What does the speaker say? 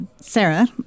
sarah